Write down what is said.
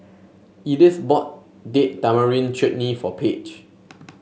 Edyth bought Date Tamarind Chutney for Page